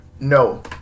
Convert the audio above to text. no